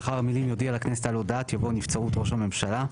לאחר המילים 'יודיע לכנסת על הודעת' יבוא 'נבצרות ראש הממשלה'.